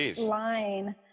line